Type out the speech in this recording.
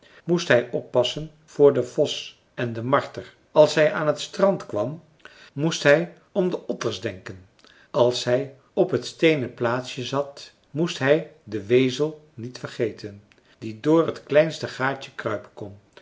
moest hij oppassen voor den vos en den marter als hij aan t strand kwam moest hij om de otters denken als hij op het steenen plaatsje zat moest hij den wezel niet vergeten die door het kleinste gaatje kruipen kon